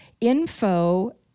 info